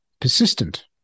persistent